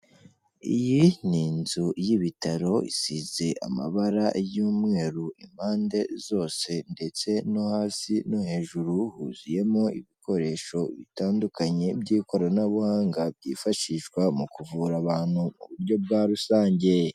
Iyi ni inzu y'ibitaro isize amabara y'umweru impande zose ndetse no hasi no hejuru huzuyemo ibikoresho bitandukanye by'ikoranabuhanga, byifashishwa mu kuvura abantu mu buryo bwa rusange.